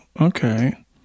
Okay